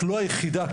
לא היחידה,